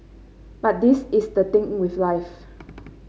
but this is the thing with life